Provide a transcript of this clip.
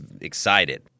excited